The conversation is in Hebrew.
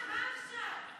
מה עכשיו?